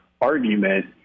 argument